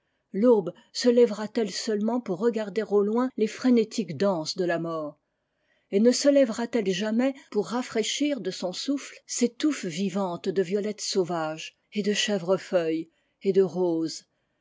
l'aube se lèverat elle seulement pour regarder au loin les frénétiques danses de la mort i et ne se lèvera t elle jamais pour rafraîchir de son souffle ces touffes vivantes de violette sauvage et de chèvrefeuille et de rose